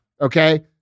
Okay